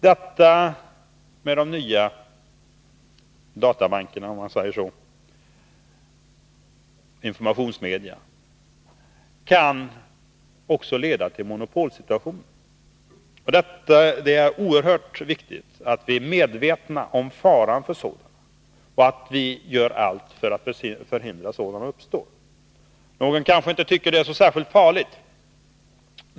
Detta med de nya databankerna, dessa nya informationsmedia, kan också leda till monopolsituationer. Och det är oerhört viktigt att vi är medvetna om faran för sådana och gör allt för att förhindra att sådana uppstår. Någon kanske inte tycker att det är särskilt farligt.